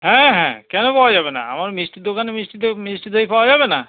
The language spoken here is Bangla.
হ্যাঁ হ্যাঁ কেন পাওয়া যাবে না আমার মিষ্টির দোকানে মিষ্টি মিষ্টি দই পাওয়া যাবে না